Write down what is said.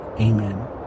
Amen